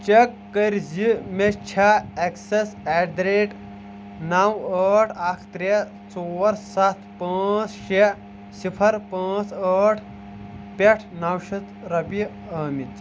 check کٔرۍ زِ مےٚ چھےٚ اٮ۪کسیس ایٹ دَ ریٹ نو ٲٹھ اکھ ترٛےٚ ژور ستھ پانٛژھ شیٚے صِفر پانٛژھ ٲٹھ پٮ۪ٹھٕ نو شیٚتھ رۄپیہِ ٲمٕتۍ